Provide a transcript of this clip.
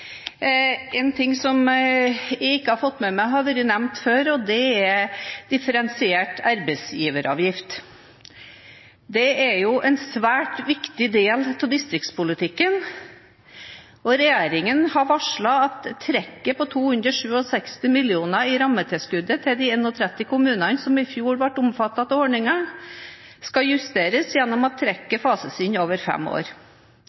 en ting jeg ikke har fått med meg at har blitt nevnt før, og det er differensiert arbeidsgiveravgift. Det er en svært viktig del av distriktspolitikken, og regjeringen har varslet at trekket på 267 mill. kr i rammetilskuddet til de 31 kommunene som i fjor ble omfattet av ordningen, skal justeres gjennom at trekket fases inn over fem år.